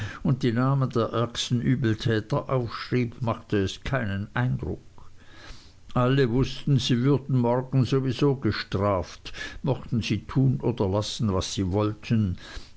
und die namen der ärgsten übeltäter aufschrieb machte es keinen eindruck alle wußten sie würden morgen sowieso gestraft mochten sie tun oder lassen was sie wollten